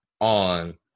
On